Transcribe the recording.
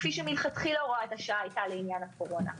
כפי שמלכתחילה הוראת השעה הייתה לעניין הקורונה.